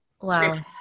Wow